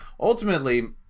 ultimately